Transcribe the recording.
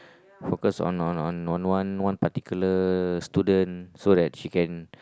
focus on on on on one one particular student so that she can